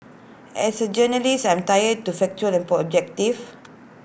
as A journalist I'm trained to factual and objective